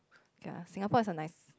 okay lah Singapore is a nice